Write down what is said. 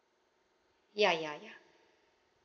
ya ya ya